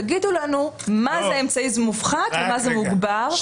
תגידו לנו מה זה אמצעי מופחת ומה זה מוגבר,